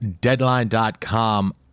Deadline.com